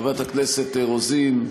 חברת הכנסת רוזין,